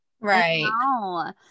right